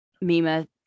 Mima